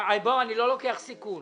אני לא לוקח סיכון.